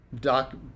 Doc